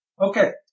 Okay